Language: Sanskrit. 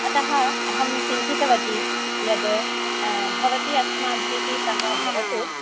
अतः अहं चिन्तितवती यत् भवती अस्माभिः सह भवतु